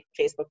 Facebook